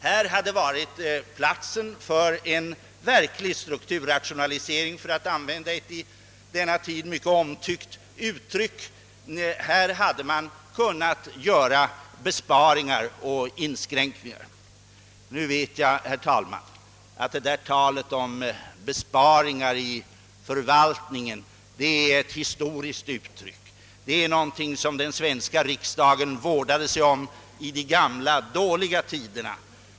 Här hade varit platsen för en verklig strukturrationalisering, för att använda ett i denna tid mycket omtyckt uttryck. Här hade man kunnat göra besparingar och inskränkningar. Nu vet jag, herr talman, att talet om besparingar i förvaltningen är ett historiskt uttryck och avser någonting som den svenska riksdagen vårdade sig om i de gamla dåliga tiderna.